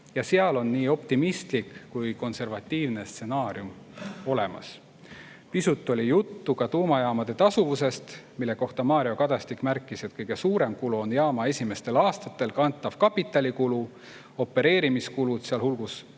ja seal on nii optimistlik kui ka konservatiivne stsenaarium olemas. Pisut oli juttu ka tuumajaamade tasuvusest, mille kohta Mario Kadastik märkis, et kõige suurem kulu on jaama esimestel aastatel kantav kapitalikulu. Opereerimiskulud, sealhulgas